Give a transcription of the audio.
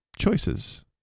choices